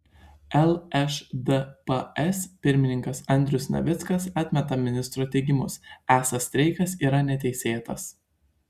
lšdps pirmininkas andrius navickas atmeta ministro teiginius esą streikas yra neteisėtas